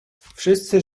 wszyscy